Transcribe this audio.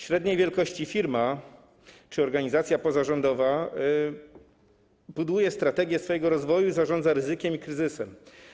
Średniej wielkości firma czy organizacja pozarządowa buduje strategię swojego rozwoju i zarządza ryzykiem i kryzysem.